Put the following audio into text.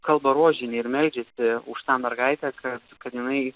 kalba rožinį ir meldžiasi už tą mergaitę kad kad jinai